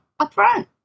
upfront